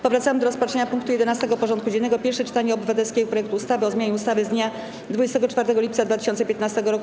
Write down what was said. Powracamy do rozpatrzenia punktu 11. porządku dziennego: Pierwsze czytanie obywatelskiego projektu ustawy o zmianie ustawy z dnia 24 lipca 2015 r.